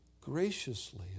graciously